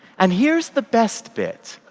and here is the best bit